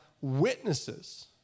witnesses